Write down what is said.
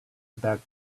back